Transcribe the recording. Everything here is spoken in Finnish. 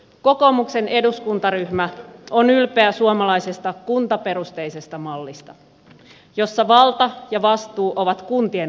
kokoomuksen eduskuntaryhmä on ylpeä suomalaisesta kuntaperusteisesta mallista jossa valta ja vastuu ovat kuntien asukkailla